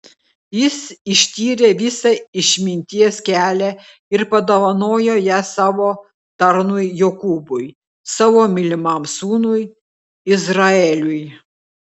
jis ištyrė visą išminties kelią ir padovanojo ją savo tarnui jokūbui savo mylimam sūnui izraeliui